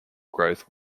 growth